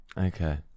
Okay